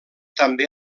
també